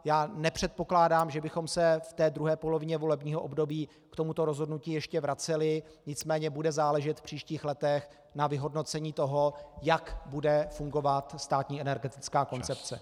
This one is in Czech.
Já nepředpokládám, že bychom se v té druhé polovině volebního období k tomuto rozhodnutí ještě vraceli, nicméně bude záležet v příštích letech na vyhodnocení toho, jak bude fungovat státní energetická koncepce.